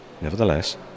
nevertheless